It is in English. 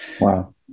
Wow